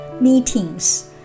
meetings